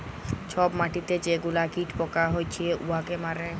ছব মাটিতে যে গুলা কীট পকা হছে উয়াকে মারে